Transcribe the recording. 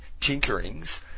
tinkerings